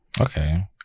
Okay